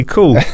Cool